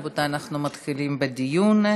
רבותי, אנחנו מתחילים בדיון.